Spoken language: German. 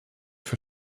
für